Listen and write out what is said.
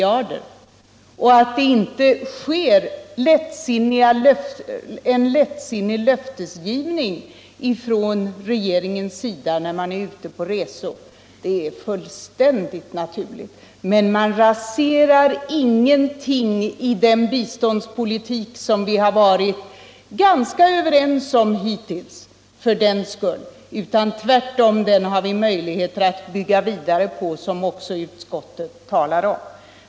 Att det inte bör ges några lättvindiga löften när regeringsledamöter är ute på resor är också självklart. I annat fall hinner man gå till riksdagen. Man raserar ingenting i den biståndspolitik som vi har varit ganska överens om hittills om riksdagen får detta inflytande, utan tvärtom har vi då möjligheter att bygga vidare på den, vilket utskottet också talar om.